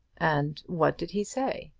and what did he say?